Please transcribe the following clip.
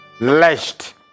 lashed